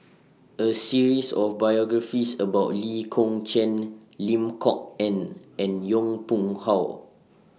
A series of biographies about Lee Kong Chian Lim Kok Ann and Yong Pung How